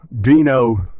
dino